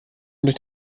durch